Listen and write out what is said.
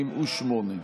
ההסתייגות (88)